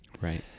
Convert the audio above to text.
Right